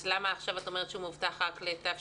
אז למה עכשיו את אומרת שהוא מובטח רק לתשפ"א?